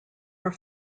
are